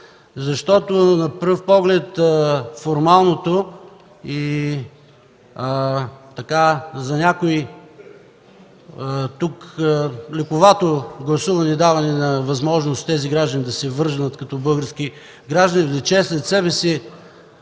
се! На пръв поглед формалното и за някои тук лековато гласуване и даване на възможност тези граждани да си върнат българското гражданство влече след себе си